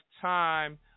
time